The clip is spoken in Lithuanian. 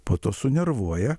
po to sunervuoja